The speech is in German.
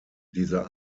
dieser